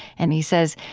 and he says,